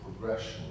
progression